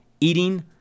eating